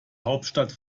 hauptstadt